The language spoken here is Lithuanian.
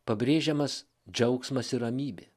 pabrėžiamas džiaugsmas ir ramybė